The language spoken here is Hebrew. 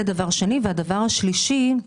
דבר שלישי,